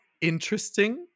interesting